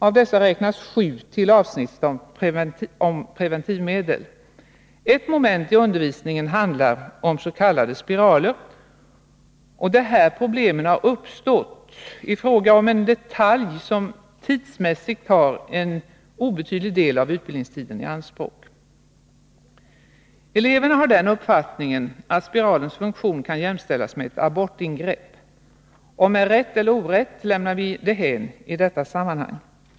Av dessa räknas sju till avsnittet om preventivmedel. Ett moment i undervisningen handlar om s.k. spiraler, och det är här som problemen har uppstått — i fråga om en detalj som tidsmässigt tar en obetydlig del av utbildningstiden i anspråk. Eleverna har den uppfattningen att spiralens funktion kan jämställas med ett abortingrepp, om det är rätt eller orätt lämnar vi därhän i detta sammanhang.